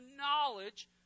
knowledge